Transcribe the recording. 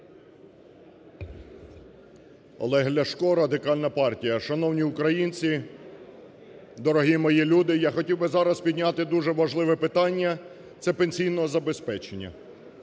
Олег Ляшко, Радикальна партія. Шановні українці, дорогі мої люди! Я хотів би зараз підняти дуже важливе питання – це пенсійного забезпечення.